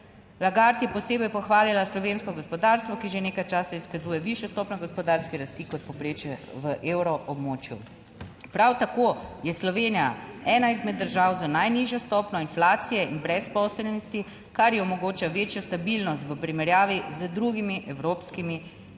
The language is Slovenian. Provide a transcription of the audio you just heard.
Lagart je posebej pohvalila slovensko gospodarstvo, ki že nekaj časa izkazuje višjo stopnjo gospodarske rasti kot povprečje v evro območju. Prav tako je Slovenija ena izmed držav z najnižjo stopnjo inflacije in brezposelnosti, kar ji omogoča večjo stabilnost v primerjavi z drugimi evropskimi